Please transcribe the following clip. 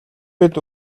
бид